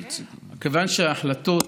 כיוון שההחלטות